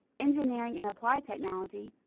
engineering and applied technology,